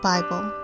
Bible